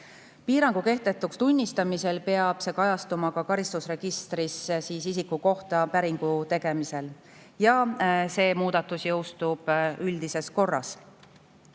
Piirangu kehtetuks tunnistamisel peab see kajastuma ka karistusregistrisse isiku kohta päringu tegemisel. See muudatus jõustub üldises korras.